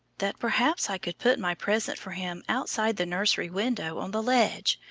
that perhaps i could put my present for him outside the nursery window on the ledge.